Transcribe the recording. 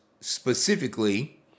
specifically